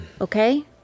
okay